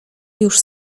już